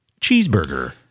cheeseburger